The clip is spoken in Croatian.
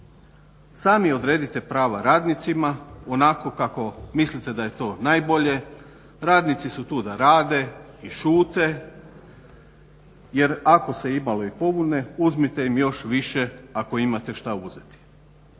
Sami odredite prava radnicima onako kako mislite da je ot najbolje, radnici su tu da rade i šute jer ako se imalo i pobune uzmite im još više ako imate što uzeti.